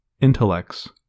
intellects